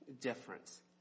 difference